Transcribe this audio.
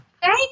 Thank